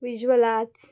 visual arts